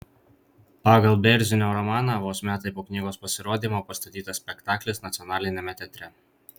pagal bėrzinio romaną vos metai po knygos pasirodymo pastatytas spektaklis nacionaliniame teatre